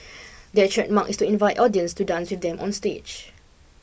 their trademark is to invite audience to dance with them onstage